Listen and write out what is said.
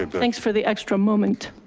but but thanks for the extra moment.